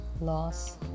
loss